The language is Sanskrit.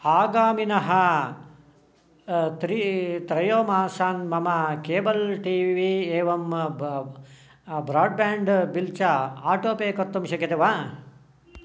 आगामिनः त्री त्रयो मासान् मम केबल् टी वी एवंं ब ब्रोड्बाण्ड् बिल् च आटोपे कर्तुं शक्यते वा